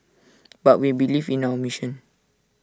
but we believe in our mission